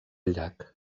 llac